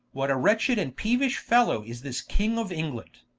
what a wretched and peeuish fellow is this king of england,